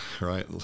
right